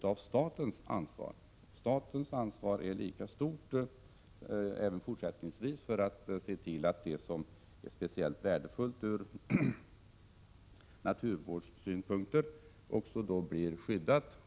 av statens ansvar. Staten har även fortsättningsvis lika stort ansvar för att se till att det som är speciellt värdefullt från naturvårdssynpunkt också blir skyddat.